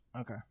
okay